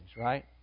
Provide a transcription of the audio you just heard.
right